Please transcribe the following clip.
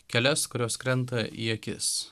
kelias kurios krenta į akis